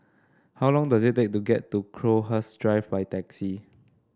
how long does it take to get to Crowhurst Drive by taxi